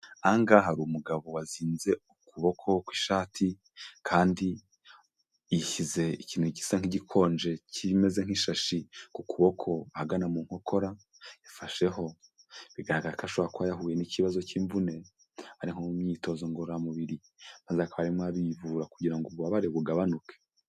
Aha ngaha hari umugabo wazinze ukuboko kw'ishati kandi yishyize ikintu gisa nk'igikonje kimeze nk'ishashi ku kuboko ahagana mu nkokora, yafasheho, bigaragara ko ashobora kuba yahuye n'ikibazo cy'imvune ari nko mu myitozo ngororamubiri maze akaba arimo arivura kugira ngo ububabare bugabanuke.